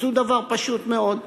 עשו דבר פשוט מאוד: